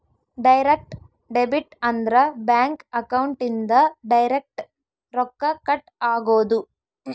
direct debit ಅಂದ್ರ bank account ಇಂದ direct ರೊಕ್ಕ ಕಟ್ ಆಗೋದು